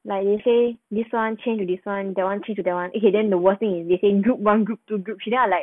like you say this [one] change to this [one] that [one] change to that [one] okay then the worst thing it's in group one group two group three then I like